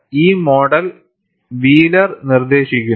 ഈ model Wheeler നിർദ്ദേശിക്കുന്നു